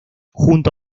junto